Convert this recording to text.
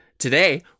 Today